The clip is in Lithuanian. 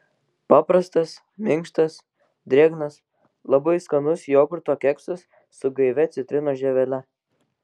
paprastas minkštas drėgnas labai skanus jogurto keksas su gaivia citrinos žievele